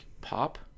pop